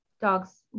Dogs